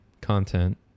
content